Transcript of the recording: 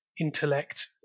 intellect